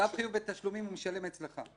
צו חיוב בתשלומים הוא משלם אצלך.